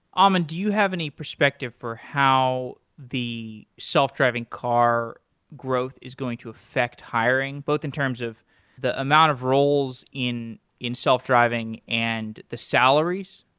um and do you have an any perspective for how the self-driving car growth is going to affect hiring both in terms of the amount of roles in in self-driving and the salaries?